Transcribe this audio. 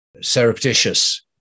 surreptitious